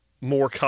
more